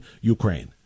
Ukraine